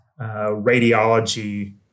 radiology